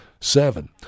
Seven